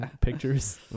pictures